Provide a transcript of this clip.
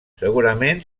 segurament